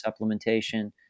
supplementation